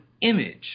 image